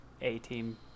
A-team